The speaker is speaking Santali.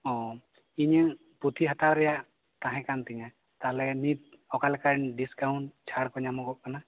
ᱚ ᱤᱧᱟᱹ ᱯᱩᱛᱷᱤ ᱦᱟᱛᱟᱣ ᱨᱮᱭᱟᱜ ᱛᱟᱦᱮᱸ ᱠᱟᱱ ᱛᱤᱧᱟᱹ ᱛᱟᱦᱚᱞᱮ ᱱᱤᱛ ᱚᱠᱟᱞᱮᱠᱟ ᱰᱤᱥᱠᱟᱩᱱᱴ ᱪᱷᱟᱲ ᱠᱚ ᱧᱟᱢᱚᱜᱚᱜ ᱠᱟᱱᱟ